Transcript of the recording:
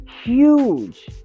Huge